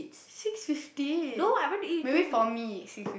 six fifty maybe for me six fif~